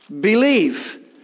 believe